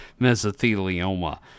mesothelioma